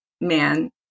man